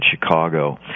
Chicago